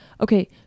Okay